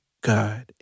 God